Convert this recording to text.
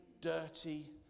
dirty